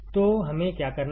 तो हमें क्या करना था